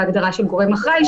ההגדרה של גורם אחראי,